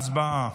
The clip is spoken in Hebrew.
הצבעה.